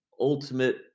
ultimate